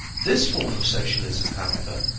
this form of socialism, however,